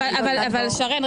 אבל שרן,